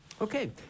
Okay